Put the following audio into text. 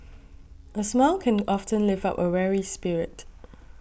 a smile can often lift up a weary spirit